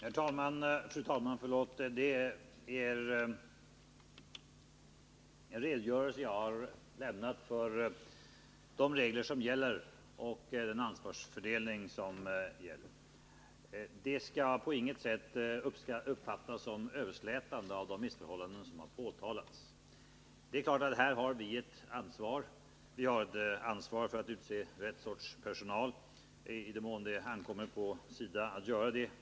Fru talman! Jag har i svaret redogjort för de regler och den ansvarsfördelning som gäller. Detta skall på intet sätt uppfattas som överslätande när det gäller de missförhållanden som har påtalats. Naturligtvis har SIDA ett ansvar här. De har ett ansvar för att utse rätt sorts personal i den mån det ankommer på SIDA att göra det.